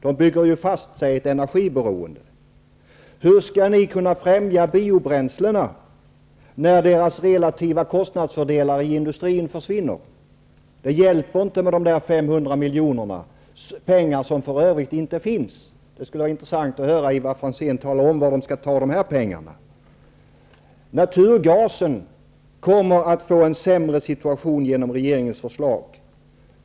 De bygger ju fast sig i ett energiberoende. Hur skall ni kunna främja biobränslena när deras relativa kostnadsfördelar i industrin försvinner? Det hjälper inte med 500 milj.kr. Det är för övrigt pengar som inte finns. Det skulle vara intressant att höra Ivar Franzén tala om var man skall ta dessa pengar. Naturgasen kommer att få en sämre situation genom regeringens förslag.